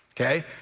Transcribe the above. Okay